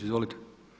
Izvolite.